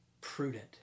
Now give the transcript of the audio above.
prudent